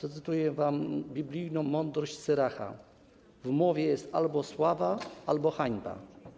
Zacytuję wam biblijną Mądrość Syracha: w mowie jest albo sława, albo hańba.